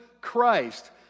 Christ